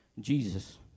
jesus